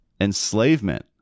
enslavement